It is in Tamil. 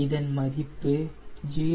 இதன் மதிப்பு 0